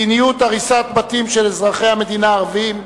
מדיניות הריסת בתים של אזרחי המדינה הערבים,